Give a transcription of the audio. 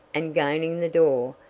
and gaining the door,